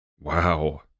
Wow